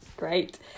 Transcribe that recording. Great